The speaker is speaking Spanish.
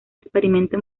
experimento